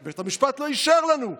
בית המשפט לא אישר לנו.